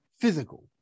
physical